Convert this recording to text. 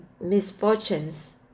misfortunes